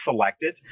selected